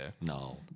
no